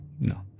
No